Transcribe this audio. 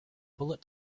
bullet